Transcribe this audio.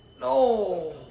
No